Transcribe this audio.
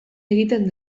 egiten